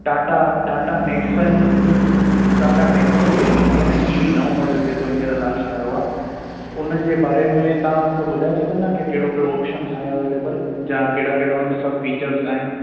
Tata Tata Nexon Tata Nexon जेकी ईंदी आहे न ईवी नओं मॉडल जेको हींअर लास्ट आहियो आहे उन जे बारे में तव्हां मूंखे ॿुधाए सघंदा की कहिड़ो कहिड़ो ऑप्शन आहे अवेलेबल जा कहिड़ा कहिड़ा हुन में सब फीचर्स आहिनि